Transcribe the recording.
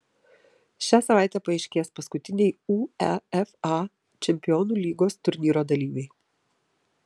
šią savaitę paaiškės paskutiniai uefa čempionų lygos turnyro dalyviai